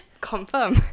Confirm